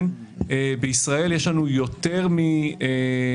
בישראל יש לנו יותר מ-90%,